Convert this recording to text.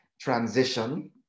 transition